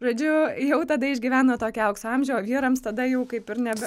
žodžiu jau tada išgyvena tokį aukso amžių o vyrams tada jau kaip ir nebe